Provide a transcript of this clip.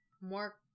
more